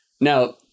Now